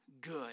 good